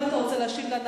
אם אתה רוצה להשיב לה,